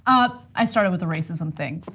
ah i started with the racism thing, but